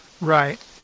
Right